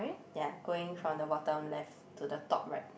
ya going from the bottom left to the top right